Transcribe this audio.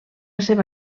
seva